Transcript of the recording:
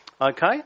Okay